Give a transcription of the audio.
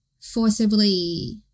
forcibly